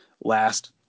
last